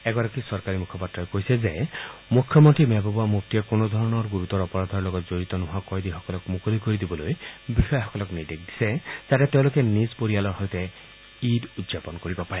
এগৰাকী চৰকাৰী মুখপাত্ৰই কৈছে যে মুখ্যমন্ত্ৰী মেহবুবা মুফটিয়ে কোনোধৰণৰ গুৰুতৰ অপৰাধৰ লগত জড়িত নোহোৱা কয়দীসকলক মুকলি কৰি দিবলৈ বিষয়াসকলক নিৰ্দেশ দিছে যাতে তেওঁলোকে নিজ পৰিয়ালৰ সৈতে ঈদ উদযাপন কৰিব পাৰে